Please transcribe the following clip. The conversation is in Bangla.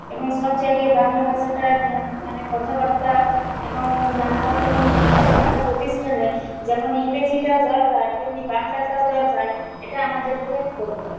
এবং সব জায়গায় বাংলা ভাষাটার মানে কথাবার্তা এবং নানারকম শিক্ষাপ্রতিষ্ঠানে যেমন ইংরেজিটাও দরকার তেমনি বাংলাটাও দরকার এটা আমাদেরকে করতে হবে